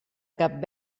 cap